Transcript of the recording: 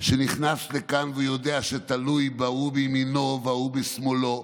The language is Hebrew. שנכנס לכאן ויודע שהוא תלוי בהוא מימינו ובהוא משמאלו.